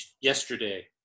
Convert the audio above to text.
yesterday